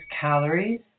calories